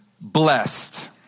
blessed